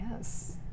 Yes